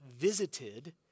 visited